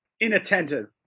inattentive